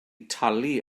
talu